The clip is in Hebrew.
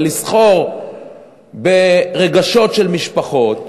לסחור ברגשות של משפחות,